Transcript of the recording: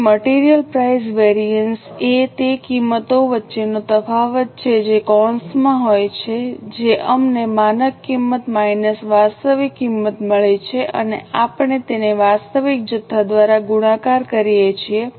તેથી material price variance એ તે કિંમતો વચ્ચેનો તફાવત છે જે કૌંસમાં હોય છે જે અમને માનક કિંમત માઈનસ વાસ્તવિક કિંમત મળી છે અને આપણે તેને વાસ્તવિક જથ્થા દ્વારા ગુણાકાર કરીએ છીએ